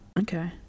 Okay